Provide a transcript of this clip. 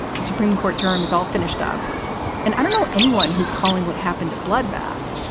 the supreme court term is all finished up and i don't know anyone who's calling what happened? a bloodbath.